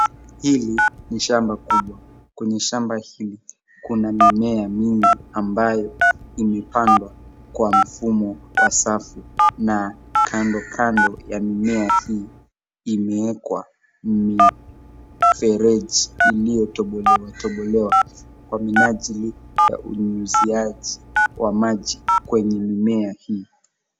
Hili ni shamba kubwa. Kwenye shamba hili, kuna mimea mingi ambayo imepandwa kwa mfumo wa safu na kandokando ya mimea hii imewekwa mifereji iliyotobolewa tobolewa kwa minajili ya unyunyiziaji wa maji kwenye mimea hii.